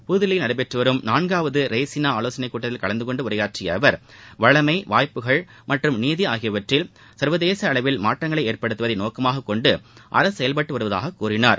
புதுதில்லியில் நடைபெற்று வரும் நான்காவது ரெய்சினா ஆலோசனைக் கூட்டத்தில் கலந்துகொண்டு உரையாற்றிய அவர் வளமை வாய்ப்புகள் மற்றும் நீதி ஆகியவற்றில் சர்வதேச அளவில் மாற்றங்களை ஏற்படுத்துவதை நோக்கமாக கொண்டு அரசு செயல்பட்டு வருவதாக கூறினார்